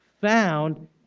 found